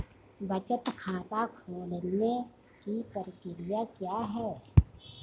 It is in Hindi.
बचत खाता खोलने की प्रक्रिया क्या है?